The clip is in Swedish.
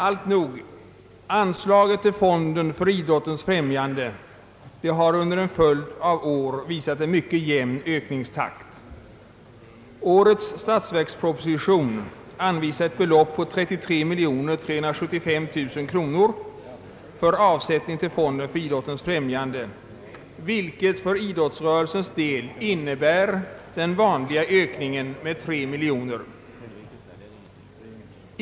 Alltnog, anslaget till fonden för idrottens främjande har under en följd av år visat en mycket jämn ökningstakt. Årets statsverksproposition anvisar ett belopp av 33 375 000 kronor för avsätt ning till fonden, vilket för idrottsrörelsens del innebär den vanliga ökningen med 3 miljoner kronor.